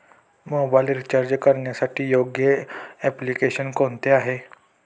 Mobile recharge करण्यासाठी योग्य application कोणते आहे?